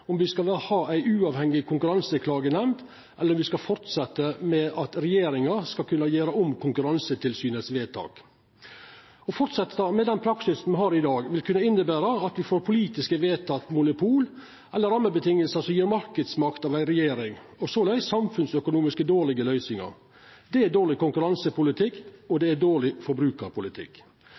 om dei mindre lovendringane, men den store diskusjonen er om me skal ha ei uavhengig konkurranseklagenemnd, eller om me skal fortsetja med at regjeringa skal kunna gjera om Konkurransetilsynets vedtak. Å fortsetja med den praksisen me har i dag, vil kunna innebera at me får politisk vedtekne monopol av ei regjering eller rammevilkår som gjev marknadsmakt, og såleis samfunnsøkonomisk dårlege løysingar. Det er